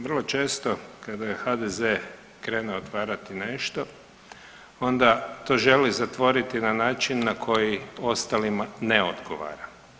Vrlo često kada je HDZ krenuo otvarati nešto onda to želi zatvoriti na način na koji ostalima ne odgovara.